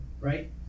right